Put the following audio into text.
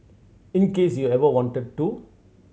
in case you ever wanted to